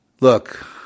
look